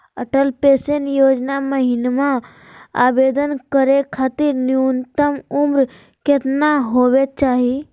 Atal pension योजना महिना आवेदन करै खातिर न्युनतम उम्र केतना होवे चाही?